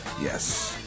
Yes